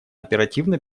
оперативно